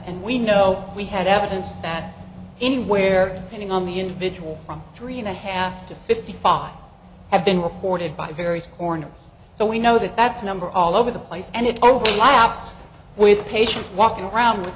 and we know we had evidence that anywhere hitting on the individual from three and a half to fifty five have been reported by various corners so we know that that's number all over the place and it overlaps with patients walking around with